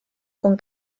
con